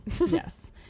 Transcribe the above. yes